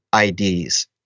IDs